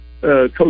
Coach